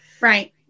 Right